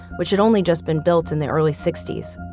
which had only just been built in the early sixty s.